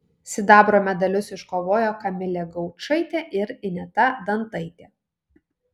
sidabro medalius iškovojo kamilė gaučaitė ir ineta dantaitė